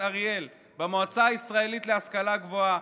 אריאל במועצה הישראלית להשכלה הגבוהה,